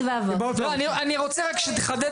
אני רוצה שתחדד